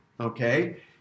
Okay